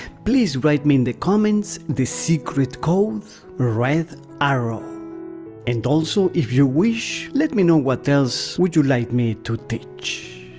please write me in the comments the secret code red arrow and also if you wish, let me know what else would you like me to teach.